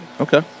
Okay